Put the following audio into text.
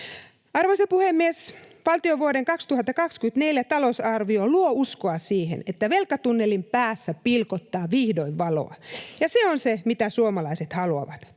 Arvoisa puhemies! Valtion vuoden 2024 talousarvio luo uskoa siihen, että velkatunnelin päässä pilkottaa vihdoin valoa, ja se on se, mitä suomalaiset haluavat: